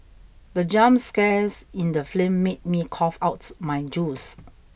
the jump scares in the film made me cough out my juice